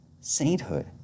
Sainthood